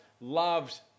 loved